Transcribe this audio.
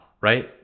right